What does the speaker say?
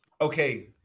okay